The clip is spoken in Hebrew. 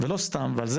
אבל גם זה